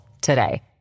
today